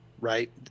right